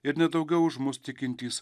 ir nedaugiau už mus tikintys